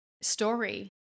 story